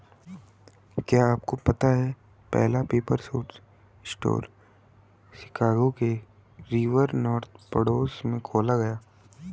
क्या आपको पता है पहला पेपर सोर्स स्टोर शिकागो के रिवर नॉर्थ पड़ोस में खोला गया?